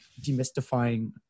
demystifying